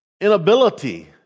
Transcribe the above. inability